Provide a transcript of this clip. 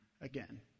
again